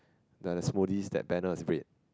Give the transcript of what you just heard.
the the smoothies that banner is a bit